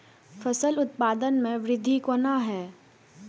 फसल उत्पादन में वृद्धि केना हैं?